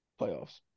playoffs